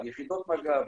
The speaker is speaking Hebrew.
יחידות מג"ב,